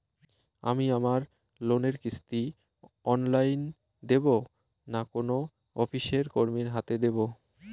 আমি আমার লোনের কিস্তি অনলাইন দেবো না কোনো অফিসের কর্মীর হাতে দেবো?